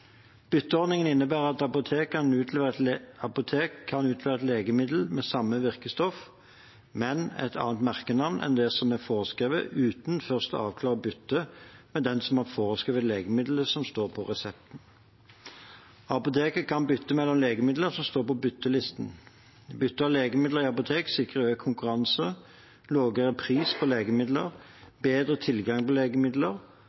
Bytteordningen innebærer at apotek kan utlevere et legemiddel med samme virkestoff, men med et annet merkenavn enn det som er foreskrevet, uten først å avklare byttet med den som har foreskrevet legemiddelet som står på resepten. Apoteket kan bytte mellom legemidler som står på byttelisten. Bytte av legemidler i apotek sikrer økt konkurranse, lavere pris på